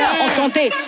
Enchanté